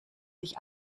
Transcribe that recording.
sich